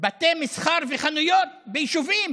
בתי מסחר וחנויות ביישובים,